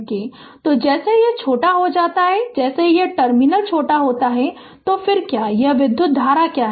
तो जैसे ही यह छोटा हो जाता है कि जैसे ही यह टर्मिनल छोटा हो जाता है तो फिर क्या है यह विधुत धारा क्या है